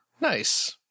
Nice